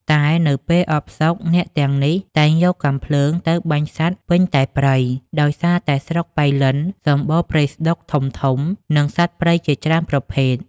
តែនៅពេលអផ្សុក អ្នកទាំងនេះតែងយកកាំភ្លើងទៅបាញ់សត្វពេញតែព្រៃ ដោយសារតែស្រុកប៉ៃលិនសម្បូរព្រៃស្ដុកធំៗនិងសត្វព្រៃជាច្រើនប្រភេទ។